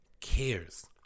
cares